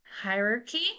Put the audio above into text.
hierarchy